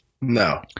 No